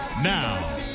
Now